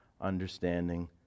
understanding